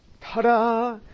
ta-da